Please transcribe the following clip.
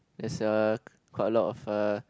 is a quite a lot of uh